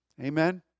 Amen